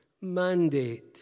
mandate